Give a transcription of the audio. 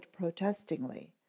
protestingly